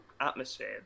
atmosphere